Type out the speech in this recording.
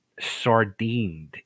sardined